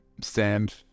stand